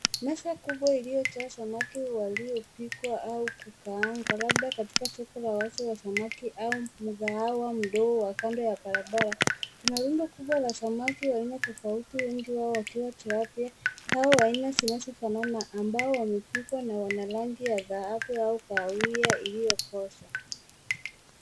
Meza kubwa iliyojaa samaki waliopikwa au kukaangwa labda katika soko la wazi la samaki au mgaagwa mdogo wa kando ya barabara. Kuna rundo kubwa la samaki wa aina tofauti wengi wao wakiwa tilapia au wa aina zinazofanana na ambao wamepikwa na wana rangi ya dhahabu au kahawia iliyokoza.